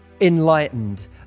Enlightened